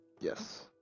Yes